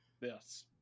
Yes